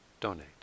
donate